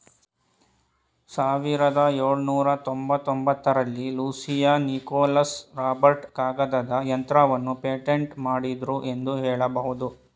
ಸಾವಿರದ ಎಳುನೂರ ತೊಂಬತ್ತಒಂಬತ್ತ ರಲ್ಲಿ ಲೂಸಿಯಾ ನಿಕೋಲಸ್ ರಾಬರ್ಟ್ ಕಾಗದದ ಯಂತ್ರವನ್ನ ಪೇಟೆಂಟ್ ಮಾಡಿದ್ರು ಎಂದು ಹೇಳಬಹುದು